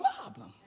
problem